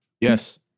Yes